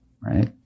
right